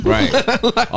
Right